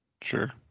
Sure